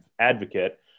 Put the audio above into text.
advocate